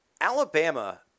Alabama